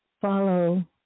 follow